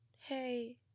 hey